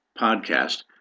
podcast